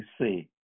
see